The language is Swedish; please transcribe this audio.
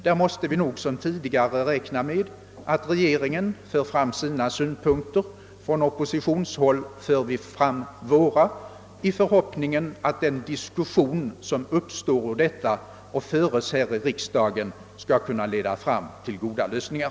Vi måste nog som tidigare räkna med att regeringen för fram sina synpunkter, och från oppositionshåll får vi föra fram våra i förhoppningen att den diskussion som härigenom uppstår och föres här i riksdagen skall kunna leda fram till goda lösningar.